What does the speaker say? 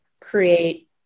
create